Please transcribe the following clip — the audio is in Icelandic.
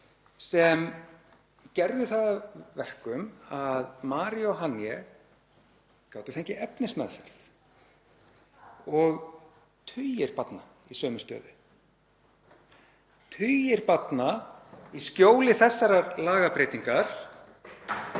sem gerðu það að verkum að Mary og Haniye gátu fengið efnismeðferð og tugir barna í sömu stöðu, tugir barna, í skjóli þessarar lagabreytingar,